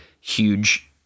huge